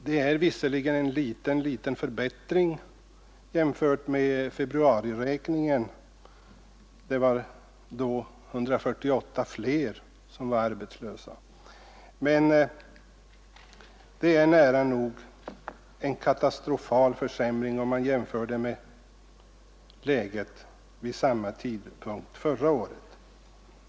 Det är visserligen en liten förbättring jämfört med siffrorna från februariräkningen — det var då 148 fler som var arbetslösa — men det är nära nog en katastrofal försämring om man jämför med läget vid samma tidpunkt förra året.